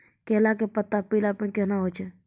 केला के पत्ता पीलापन कहना हो छै?